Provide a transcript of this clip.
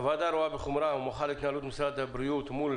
הוועדה רואה בחומרה ומוחה על התנהלות משרד הבריאות מול